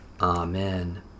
Amen